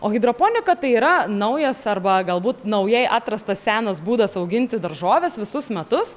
o hidroponika tai yra naujas arba galbūt naujai atrastas senas būdas auginti daržoves visus metus